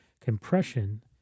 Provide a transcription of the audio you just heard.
compression